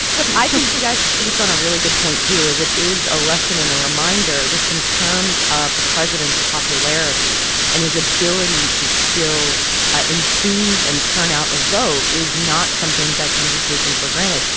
but i think jess hits on a really good point too is it is a lesson and a reminder just in terms of the president's popularity and his ability to still enthuse and turn out a vote is not something that can be taken for granted.